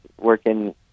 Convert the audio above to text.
working